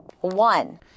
One